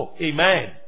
Amen